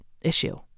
issue